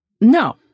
No